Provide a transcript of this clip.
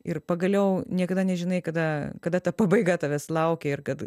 ir pagaliau niekada nežinai kada kada ta pabaiga tavęs laukia ir kad